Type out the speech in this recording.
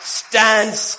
stands